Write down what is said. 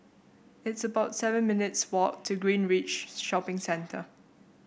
it's about seven minutes' walk to Greenridge Shopping Centre